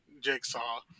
jigsaw